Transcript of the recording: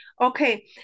okay